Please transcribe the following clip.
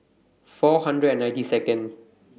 four hundred and ninety Second